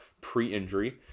pre-injury